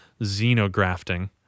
xenografting